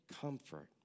comfort